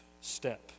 step